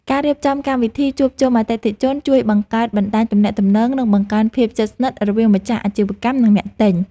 ការរៀបចំកម្មវិធីជួបជុំអតិថិជនជួយបង្កើតបណ្តាញទំនាក់ទំនង និងបង្កើនភាពជិតស្និទ្ធរវាងម្ចាស់អាជីវកម្មនិងអ្នកទិញ។